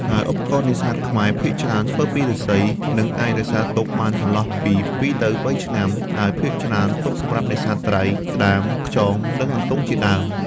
ហើយឧបករណ៍នេសាទខ្មែរ ភាគច្រើនធ្វើពីឫស្សី និងអាចរក្សាទុកបានចន្លោះពីពីរទៅបីឆ្នាំ ហើយភាគច្រើនទុកសម្រាប់នេសាទត្រី ក្តាម ខ្យង និងអន្ទង់ជាដើម។